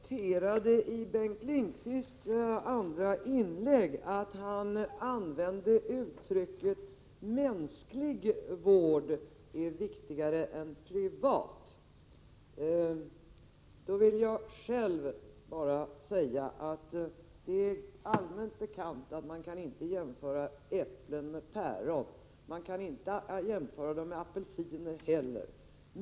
Herr talman! Jag noterade i Bengt Lindqvists andra inlägg att han använde uttrycket: Mänsklig vård är viktigare än privat. Det är ju allmänt bekant att man inte kan jämföra äpplen med päron. Man kan inte jämföra äpplen med apelsiner heller.